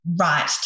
right